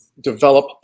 develop